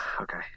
okay